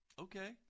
okay